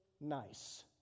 nice